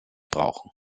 brauchen